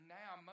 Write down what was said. now